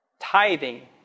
Tithing